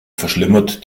verschlimmert